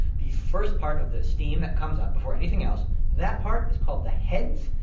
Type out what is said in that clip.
the first part of the steam that comes up before anything else that part is called the heads.